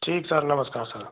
ठीक सर नमस्कार सर